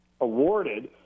awarded